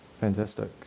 Fantastic